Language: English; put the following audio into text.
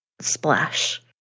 splash